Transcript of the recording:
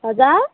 हजुर